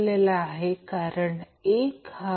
8 आहे फक्त तपासा